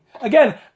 Again